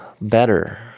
better